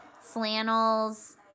flannels